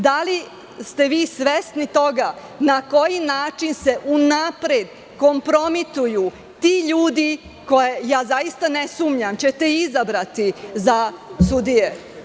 Da li ste vi svesni toga na koji način se unapred kompromituju ti ljudi koje, zaista ne sumnjam, ćete izabrati za sudije?